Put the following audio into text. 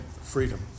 freedom